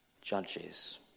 judges